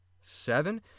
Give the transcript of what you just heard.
seven